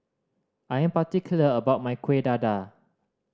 I am particular about my Kuih Dadar